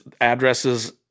addresses